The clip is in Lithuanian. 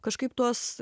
kažkaip tuos